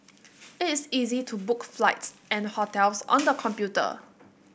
it is easy to book flights and hotels on the computer